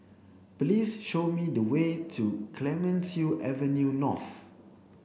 please show me the way to Clemenceau Avenue North